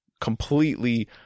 completely